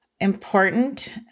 important